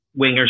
wingers